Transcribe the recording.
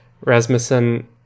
Rasmussen